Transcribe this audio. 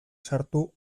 sartu